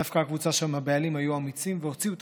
דווקא בקבוצה שם הבעלים היו אמיצים והוציאו את